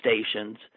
stations